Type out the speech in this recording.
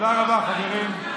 תודה רבה, חברים.